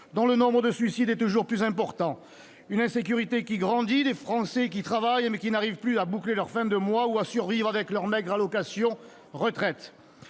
dont le nombre de suicides est toujours plus important. Une insécurité qui grandit, des Français qui travaillent, mais qui n'arrivent plus à boucler leurs fins de mois ou à survivre avec leur maigre allocation de retraite.